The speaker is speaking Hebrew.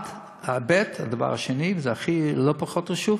הדבר השני, וזה לא פחות חשוב,